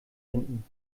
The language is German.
finden